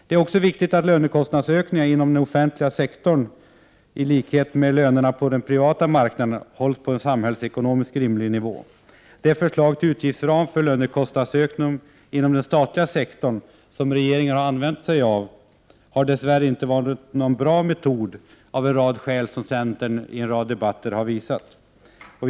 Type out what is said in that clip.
Det är också viktigt att lönekostnadsökningarna inom den offentliga sektorn i likhet med lönerna på den privata marknaden hålls på en samhällsekonomiskt rimlig nivå. Det förslag till utgiftsram för lönekostnadsökningar inom den statliga sektorn som regeringen har använt sig av har dess värre inte varit någon bra metod, av en rad skäl som centern har redovisat i flera debatter.